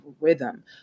rhythm